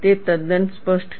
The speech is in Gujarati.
તે તદ્દન સ્પષ્ટ છે